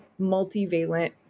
multivalent